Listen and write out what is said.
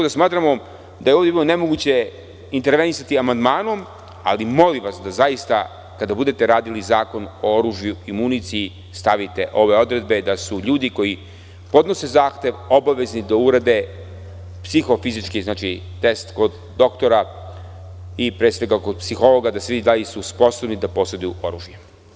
Smatramo da je ovde bilo nemoguće intervenisati amandmanom, ali molim vas da zaista, kada budete radili Zakon o oružju i municiji, stavite ove odredbe, da su ljudi koji podnose ovaj zahtev obavezni da urade psihofizički test kod doktora, pre svega kod psihologa, da se vidi da li su sposobni da poseduju oružje.